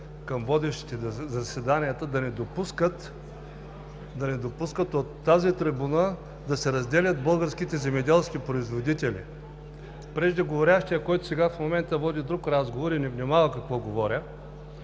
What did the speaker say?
към водещите на заседанията: да не допускат от тази трибуна да се разделят българските земеделски производители. Преждеговорящият, който сега в момента води друг разговор и не внимава какво говоря,